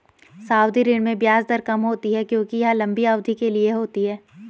सावधि ऋण में ब्याज दर कम होती है क्योंकि यह लंबी अवधि के लिए होती है